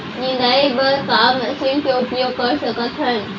निंदाई बर का मशीन के उपयोग कर सकथन?